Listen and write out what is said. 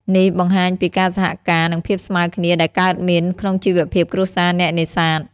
នេះបង្ហាញពីការសហការ និងភាពស្មើគ្នាដែលកើតមានក្នុងជីវភាពគ្រួសារអ្នកនេសាទ។